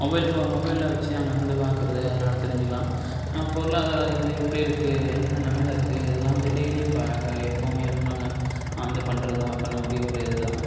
mobile phone மொபைலில் வைச்சு நாங்கள் வந்து பார்க்கறது அதனால் தெரிஞ்சுக்கலாம் பொருளாதார இது வந்து எப்படி இருக்குது என்ன நிலமையில இருக்குது இதெல்லாம் வந்து டெய்லியும் பா எப்போவுமே வந்து நாங்கள் வந்து பண்ணுறது தான் பண்ணக் கூடிய ஒரு இது தான்